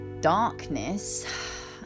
darkness